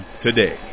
today